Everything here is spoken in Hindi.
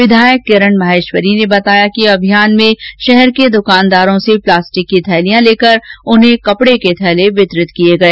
विधायक किरण माहेश्वरी ने बताया कि अभियान में शहर के दुकानदारों से प्लास्टिक की थैलियां लेकर उन्हें कपड़े के थैले वितरित किए गए